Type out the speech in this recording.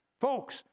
Folks